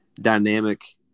dynamic